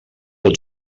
els